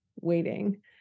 waiting